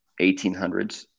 1800s